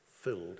filled